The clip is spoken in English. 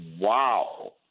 wow